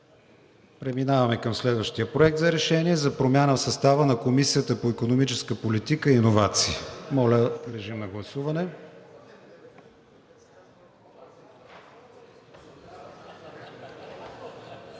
Преминаваме към следващия проект за решение – за промяна в състава на Комисията по икономическа политика и иновации. Гласували